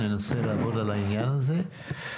ננסה לעבוד על העניין הזה.